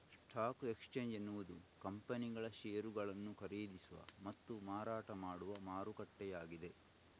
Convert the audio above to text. stock exchange ಎನ್ನುವುದು ಕಂಪನಿಗಳ ಷೇರುಗಳನ್ನು ಖರೀದಿಸುವ ಮತ್ತು ಮಾರಾಟ ಮಾಡುವ ಮಾರುಕಟ್ಟೆಯಾಗಿದೆ